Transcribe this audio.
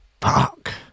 Fuck